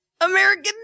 American